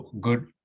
good